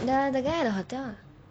the the guy at the hotel ah